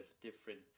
different